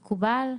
מקובל?